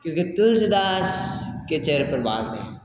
क्योंकि तुलसीदस के चेहरे पर बात है